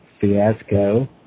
fiasco